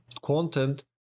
content